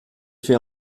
fait